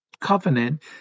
covenant